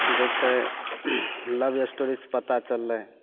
जे छै love story से पता चललै